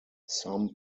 some